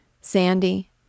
Sandy